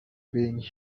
being